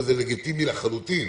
וזה לגיטימי לחלוטין,